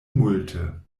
multe